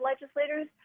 legislators